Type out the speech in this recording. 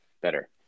better